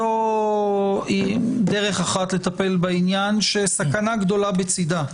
זו דרך אחת לטפל בעניין שסכנה גדולה בצידה.